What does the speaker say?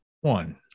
one